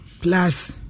plus